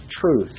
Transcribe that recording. truth